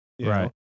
Right